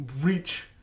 reach